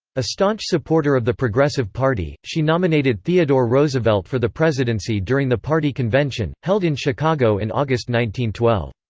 a staunch supporter of the progressive party, she nominated theodore roosevelt for the presidency during the party convention, held in chicago in august one thousand